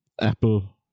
Apple